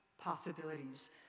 possibilities